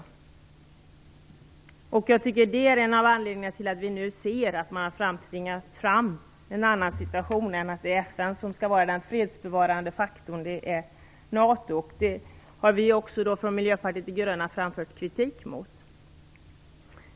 Det är en av anledningarna till att vi nu ser att man tvingat fram en annan situation än den att FN skall vara den fredsbevarande faktorn. Nu handlar det om NATO. Det har vi i Miljöpartiet de gröna framfört kritik mot.